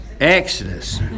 Exodus